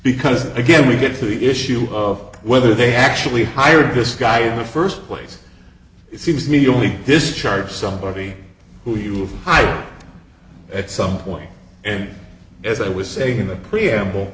because again we get to the issue of whether they actually hired this guy in the first place it seems to me only this charge somebody who you hired at some point and as i was saying in the preamble